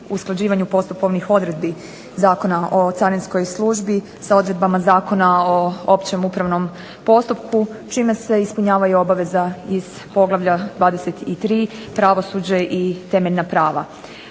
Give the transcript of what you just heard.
usklađivanju postupovnih odredbi Zakona o carinskoj službi sa odredbama Zakona o opće upravnom postupku čime se ispunjava obveza iz poglavlja 23 – Pravosuđe i temeljna prava.